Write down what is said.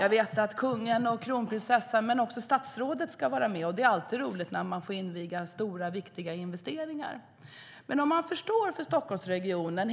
Jag vet att kungen och kronprinsessan och också statsrådet ska vara med. Det är alltid roligt att få inviga stora, viktiga investeringar.